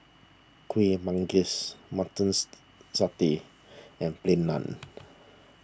Kuih Manggis Mutton Satay and Plain Naan